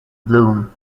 bloom